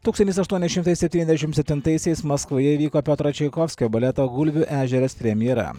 tūkstantis aštuoni šimtai septyniasdešim septintaisiais maskvoje įvyko piotro čeikovskio baleto gulbių ežeras premjera